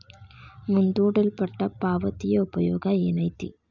ಮುಂದೂಡಲ್ಪಟ್ಟ ಪಾವತಿಯ ಉಪಯೋಗ ಏನೈತಿ